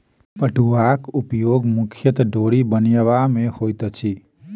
पटुआक उपयोग मुख्यतः डोरी बनयबा मे होइत अछि